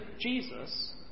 Jesus